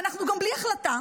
ואנחנו גם בלי החלטה,